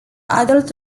adult